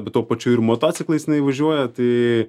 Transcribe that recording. bet tuo pačiu ir motociklais jinai važiuoja tai